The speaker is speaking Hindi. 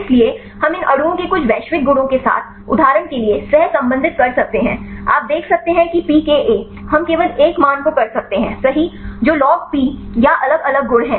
इसलिए हम इन अणुओं के कुछ वैश्विक गुणों के साथ उदाहरण के लिए सहसंबंधित कर सकते हैं आप देख सकते हैं कि पीकेए हम केवल एक मान को कर सकते हैं सही जो लॉगप या अलग अलग गुण हैं